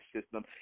system